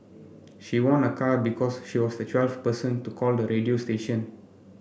she won a car because she was the twelfth person to call the radio station